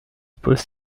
pose